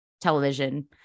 television